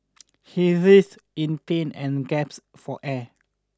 he writhed in pain and gasped for air